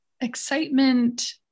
excitement